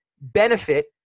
benefit